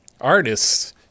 artists